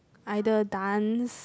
either dance